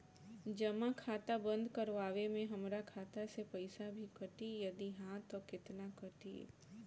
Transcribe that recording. जमा खाता बंद करवावे मे हमरा खाता से पईसा भी कटी यदि हा त केतना कटी?